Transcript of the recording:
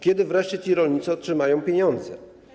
Kiedy wreszcie ci rolnicy otrzymają pieniądze?